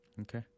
Okay